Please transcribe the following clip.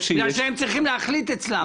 בגלל שהם צריכים להחליט אצלם.